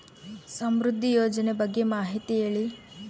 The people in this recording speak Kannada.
ಸಮೃದ್ಧಿ ಯೋಜನೆ ಬಗ್ಗೆ ಮಾಹಿತಿ ಹೇಳಿ?